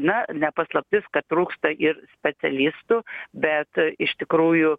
na ne paslaptis kad trūksta ir specialistų bet iš tikrųjų